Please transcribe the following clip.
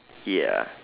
ya